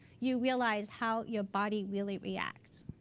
you realize how your body really reacts.